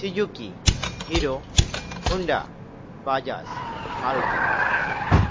Suzuki Hero Honda Bajaj Maruti